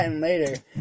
later